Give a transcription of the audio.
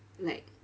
like